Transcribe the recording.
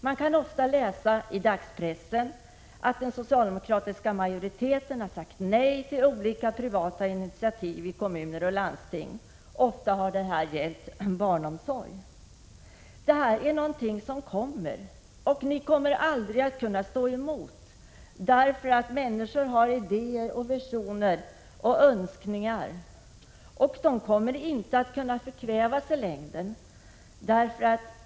Man kan ofta läsa i dagspressen att en socialdemokratisk majoritet har sagt nej till olika privata initiativ i kommuner och landsting — många gånger har det gällt barnomsorg. De privata alternativen är någonting som kommer. Ni kommer aldrig att kunna stå emot. Människor har idéer och visioner och önskningar, och de kommer inte att kunna förkvävas i längden.